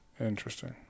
Interesting